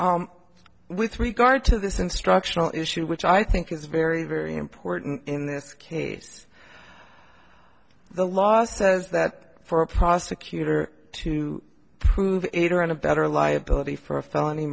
with regard to this instructional issue which i think is very very important in this case the law says that for a prosecutor to prove it or on a better liability for a felony